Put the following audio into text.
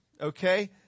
Okay